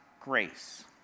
grace